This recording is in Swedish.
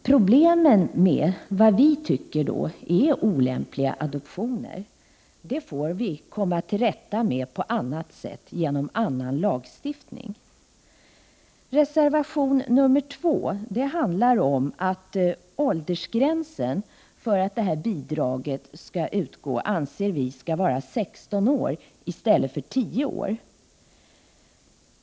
Problemen med vad vi anser vara olämpliga adoptioner får vi komma till rätta med på annat sätt, genom annan lagstiftning. I reservation 2 anförs att åldersgränsen för bidrag skall vara 16 år i stället för 10.